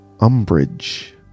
umbrage